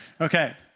Okay